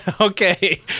Okay